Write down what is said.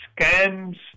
scams